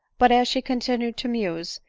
but, as she continued to muse,